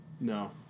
No